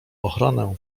ochronę